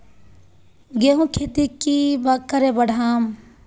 गेंहू खेती की करे बढ़ाम?